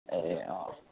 ए अँ